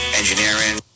engineering